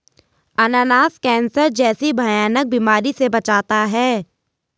अनानास कैंसर जैसी भयानक बीमारी से बचाता है